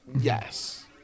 Yes